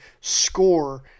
score